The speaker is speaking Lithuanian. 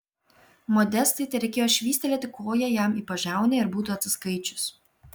modestai tereikėjo švystelėti koja jam į pažiaunę ir būtų atsiskaičius